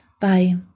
Bye